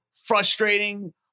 frustrating